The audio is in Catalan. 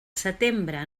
setembre